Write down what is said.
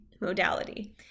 modality